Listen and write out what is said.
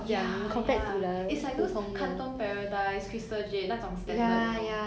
ya ya it's like those canton paradise crystal jade 那种 standard you know